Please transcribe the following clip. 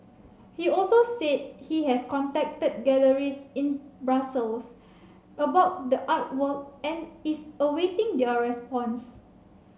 he also said he has contacted galleries in Brussels about the artwork and is awaiting their response